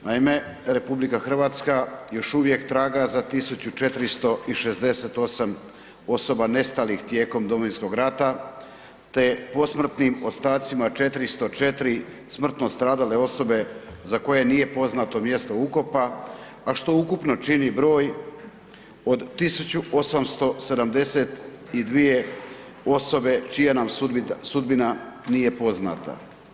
Naime, RH još uvijek traga za 1468 osoba nestalih tijekom Domovinskog rata te posmrtnim ostacima 404 smrtno stradale osobe za koje nije poznato mjesto ukopa, a što ukupno čini broj od 1872 osobe čija nam sudbina nije poznata.